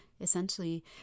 essentially